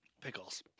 pickles